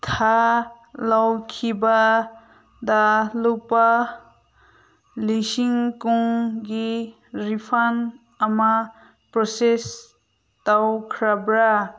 ꯊꯥ ꯂꯧꯏꯈꯤꯕꯗ ꯂꯨꯄꯥ ꯂꯤꯁꯤꯡ ꯀꯨꯟꯒꯤ ꯔꯤꯐꯟ ꯑꯃ ꯄ꯭ꯔꯣꯁꯦꯁ ꯇꯧꯈꯔꯕ꯭ꯔꯥ